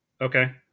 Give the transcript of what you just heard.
Okay